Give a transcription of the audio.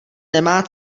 nemá